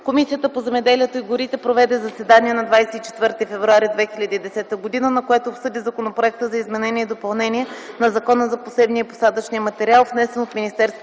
Комисията по земеделието и горите проведе заседание на 24 февруари 2010 г., на което обсъди Законопроекта за изменение и допълнение на Закона за посевния и посадъчния материал, внесен от Министерския